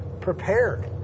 prepared